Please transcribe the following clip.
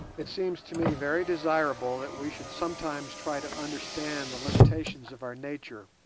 it seems to me very desirable that we should sometimes try to understand the limitations of our nature,